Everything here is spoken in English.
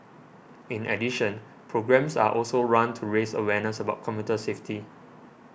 in addition programmes are also run to raise awareness about commuter safety